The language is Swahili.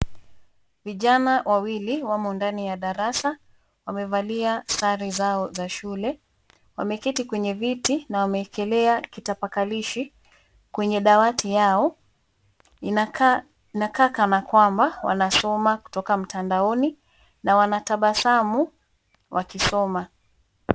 Vijana wawili wamo ndani ya darasa, wamevalia sare zao za shule. Wameketi kwenye viti na wamewekelea kitapakalishi kwenye dawati yao inakaa kana kwamba wanasoma kutoka mtandaoni na wanatabasamu wakisoma.